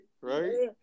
Right